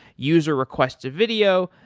user requests a video,